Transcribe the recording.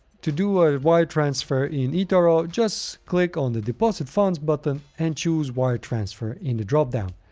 to do a wire transfer in etoro, just click on the deposit funds button and choose wire transfer in the dropdown.